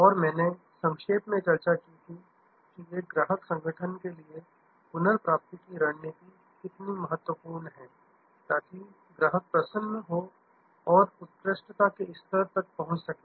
और मैंने संक्षेप में चर्चा की थी कि एक ग्राहक संगठन के लिए पुनर्प्राप्ति की रणनीति कितनी महत्वपूर्ण है ताकि ग्राहक प्रसन्न और उत्कृष्टता के स्तर तक पहुंच सके